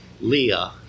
Leah